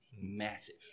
massive